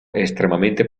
estremamente